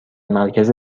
مرکز